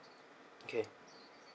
okay